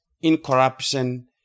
incorruption